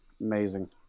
amazing